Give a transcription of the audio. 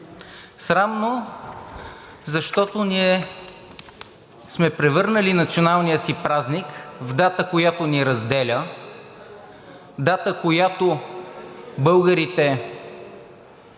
Срамно е, защото ние сме превърнали националния си празник в дата, която ни разделя, дата, на която българите